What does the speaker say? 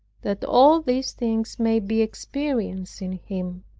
that all these things may be experienced in him.